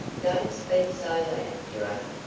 don't speak so loud, gerard.